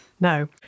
No